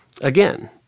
Again